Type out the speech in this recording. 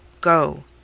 Go